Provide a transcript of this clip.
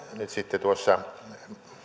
nyt sitten tuossa